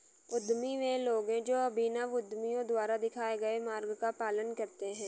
उद्यमी वे लोग हैं जो अभिनव उद्यमियों द्वारा दिखाए गए मार्ग का पालन करते हैं